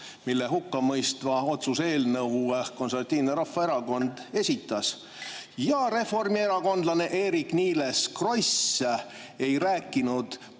mida hukka mõistva otsuse eelnõu Konservatiivne Rahvaerakond esitas. Ja reformierakondlane Eerik-Niiles Kross ei rääkinud